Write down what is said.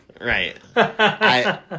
Right